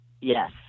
yes